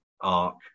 arc